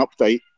update